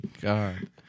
God